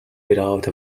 without